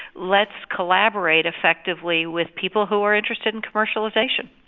let's collaborate effectively with people who are interested in commercialisation.